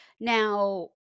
Now